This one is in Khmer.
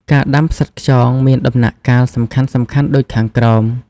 ការដាំផ្សិតខ្យងមានដំណាក់កាលសំខាន់ៗដូចខាងក្រោម